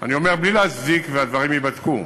אני אומר בלי להצדיק, והדברים ייבדקו,